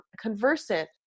conversant